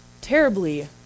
terribly